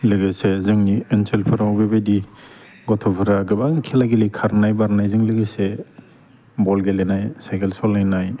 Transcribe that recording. लोगोसे जोंनि ओनसोलफोराव बेबायदि गथ'फ्रा गोबां खेला गेलेयो खारनाय बारनायजों लोगोसे बल गेलेनाय साइकेल सलायनाय